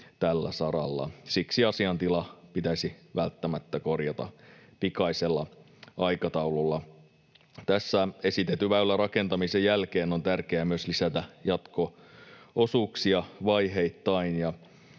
Siksi asiantila pitäisi välttämättä korjata pikaisella aikataululla. Tässä esitetyn väylän rakentamisen jälkeen on tärkeää myös lisätä jatko-osuuksia vaiheittain,